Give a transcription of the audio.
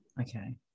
okay